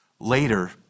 Later